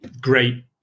great